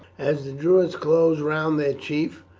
as the druids closed round their chief,